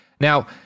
Now